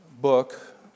book